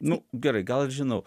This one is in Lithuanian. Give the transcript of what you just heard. nu gerai gal ir žinau